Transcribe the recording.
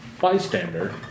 bystander